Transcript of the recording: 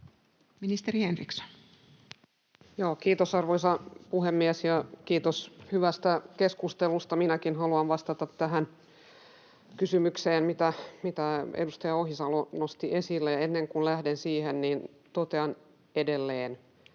Content: Kiitos, arvoisa puhemies! Kiitos hyvästä keskustelusta. Minäkin haluan vastata tähän kysymykseen, jonka edustaja Ohisalo nosti esille. Ennen kuin lähden siihen, totean edelleen: